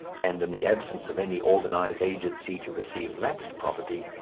and in the absence of any organized agency to receive lapsed property,